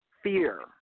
fear